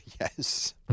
Yes